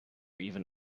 even